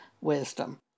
wisdom